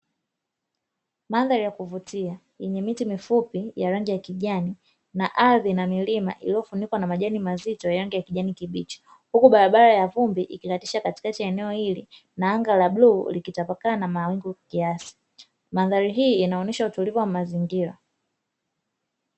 Mandhari ya kuvutia yenye miti mifupi ya rangi ya kijani na ardhi na milima iliyofunikwa na majani ya mazito ya rangi ya kijani kibichi, huku barabara ya vumbi ikikatisha katikati ya eneo hili; na anga la bluu likitapakaa na mawingu kiasi mandhari hii inaonesha utulivu wa mazingira.